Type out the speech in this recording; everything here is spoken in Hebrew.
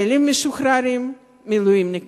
חיילים משוחררים ומילואימניקים.